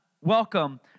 welcome